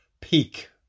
peak